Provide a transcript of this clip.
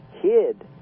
hid